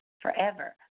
Forever